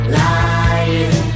lying